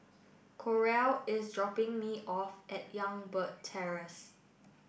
Coral is dropping me off at Youngberg Terrace